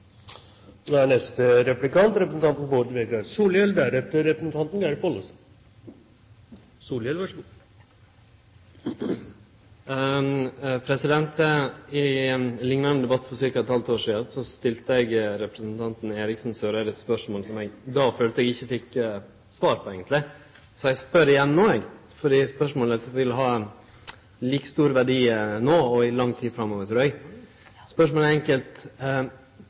I ein liknande debatt for ca. eit halvt år sidan stilte eg representanten Eriksen Søreide spørsmål som eg då følte eg ikkje fekk svar på eigentleg, så eg spør igjen no. Spørsmåla vil ha like stor verdi no og i lang tid framover, trur eg. Spørsmåla er